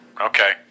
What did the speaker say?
okay